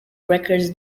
records